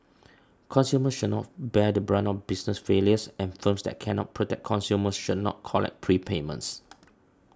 consumers should not bear the brunt of business failures and firms that cannot protect customers should not collect prepayments